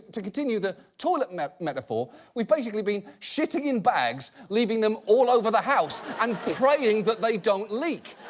to continue the toilet metaphor, we've basically been shitting in bags, leaving them all over the house, and praying that they don't leak.